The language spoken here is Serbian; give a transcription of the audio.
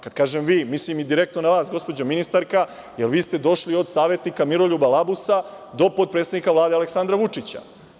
Kada kažem vi, mislim i direktno na vas gospođo ministarka, jer vi ste došli od savetnika Miroljuba Labusa do potpredsednika Vlade Aleksandra Vučića.